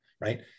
right